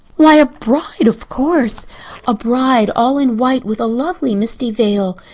why, a bride, of course a bride all in white with a lovely misty veil.